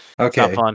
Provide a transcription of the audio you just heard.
Okay